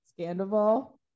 Scandal